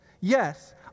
Yes